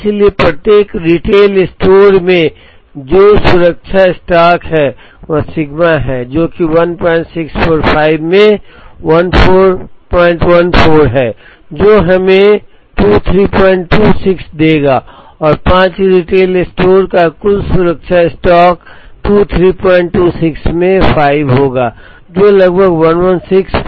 इसलिए प्रत्येक retail store में जो सुरक्षा स्टॉक है वह z सिग्मा है जो कि 1645 में 1414 है जो हमें 2326 देगा और पांच रिटेल स्टोर का कुल सुरक्षा स्टॉक 2326 में 5 होगा जो लगभग 11625 है